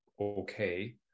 okay